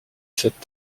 cette